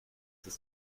ist